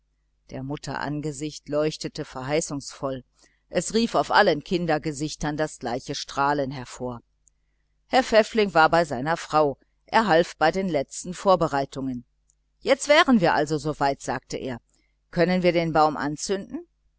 der mutter angesicht leuchtete verheißungsvoll es rief auf allen kindergesichtern das gleiche strahlen hervor herr pfäffling war bei seiner frau er half bei den letzten vorbereitungen jetzt wären wir so weit sagte er können wir den baum anzünden